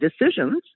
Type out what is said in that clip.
decisions